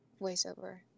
voiceover